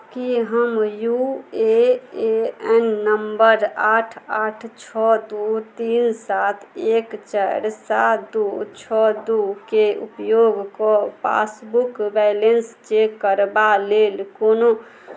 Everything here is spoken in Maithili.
की हम यू ए एन नम्बर आठ आठ छओ दू तीन सात एक चारि सात दू छओ दूके उपयोग कऽ पासबुक बैलेंस चेक करबा लेल कोनो